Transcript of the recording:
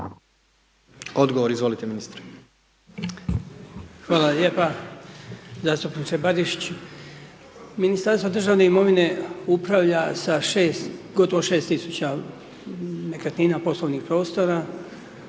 Odgovor, izvolite ministre.